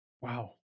Wow